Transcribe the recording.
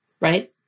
right